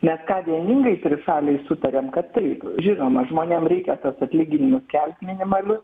nes ką vieningai trišalėj sutarėm kad taip žinoma žmonėm reikia tuos atlyginimus kelt minimalius